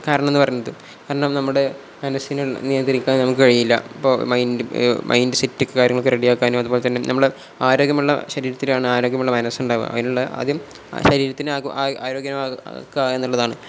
കാരണമെന്നു പറയുന്നത് കാരണം നമ്മുടെ മനസ്സിനെ നിയന്ത്രിക്കാൻ നമുക്ക് കഴിയില്ല ഇപ്പോൾ മൈൻഡ് മൈൻഡ് സെറ്റൊക്കെ കാര്യങ്ങളൊക്കെ റെഡി ആക്കാനും അതു പോലെ തന്നെ നമ്മുടെ ആരോഗ്യമുള്ള ശരീരത്തിലാണ് ആരോഗ്യമുള്ള മനസ്സ് ഉണ്ടാകുക അതിനുള്ള ആദ്യം ശരീരത്തിന് ആരോഗ്യം ആക്കുക എന്നുള്ളതാണ്